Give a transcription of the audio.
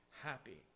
happy